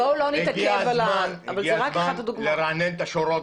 הגיע הזמן לרענן את השורות